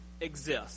exist